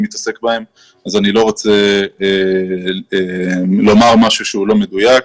מתעסק ואני לא רוצה לומר משהו שהוא לא מדויק.